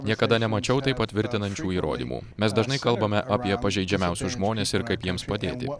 niekada nemačiau tai patvirtinančių įrodymų mes dažnai kalbame apie pažeidžiamiausius žmones ir kaip jiems padėti